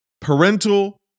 parental